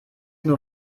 nur